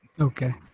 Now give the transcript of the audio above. Okay